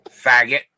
faggot